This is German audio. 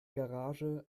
garage